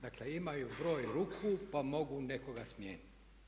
Dakle, imaju broj ruku pa mogu nekoga smijeniti.